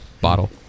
bottle